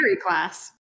class